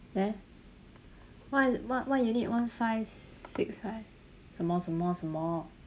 there on~ one one unit one five six five 什么什么什么